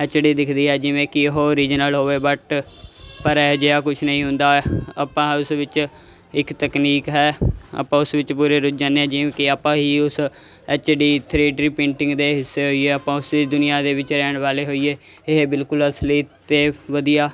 H D ਦਿਖਦੀ ਹੈ ਜਿਵੇਂ ਕਿ ਉਹ ਓਰੀਜਨਲ ਹੋਵੇ ਬਟ ਪਰ ਅਜਿਹਾ ਕੁਝ ਨਹੀਂ ਹੁੰਦਾ ਆਪਾਂ ਉਸ ਵਿੱਚ ਇੱਕ ਤਕਨੀਕ ਹੈ ਆਪਾਂ ਉਸ ਵਿੱਚ ਪੂਰੇ ਰੁੱਝ ਜਾਂਦੇ ਹਾਂ ਜਿਵੇਂ ਕਿ ਆਪਾਂ ਹੀ ਉਸ H D three D printing ਦੇ ਹਿੱਸੇ ਹੋਈਏ ਆਪਾਂ ਉਸੀ ਦੁਨੀਆ ਦੇ ਵਿੱਚ ਰਹਿਣ ਵਾਲੇ ਹੋਈਏ ਇਹ ਬਿਲਕੁਲ ਅਸਲੀ ਅਤੇ ਵਧੀਆ